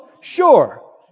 Sure